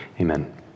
Amen